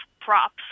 props